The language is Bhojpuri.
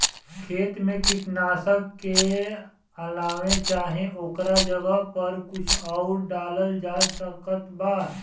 खेत मे कीटनाशक के अलावे चाहे ओकरा जगह पर कुछ आउर डालल जा सकत बा?